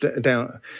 down